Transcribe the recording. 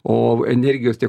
o energijos tie